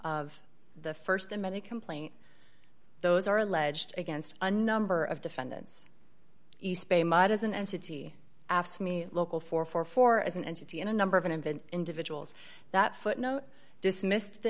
of the st and many complaints those are alleged against a number of defendants eastbay mud as an entity asked me local four for four as an entity in a number of an event individuals that footnote dismissed the